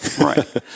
Right